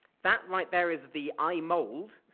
that right there is the eye mold.